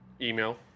email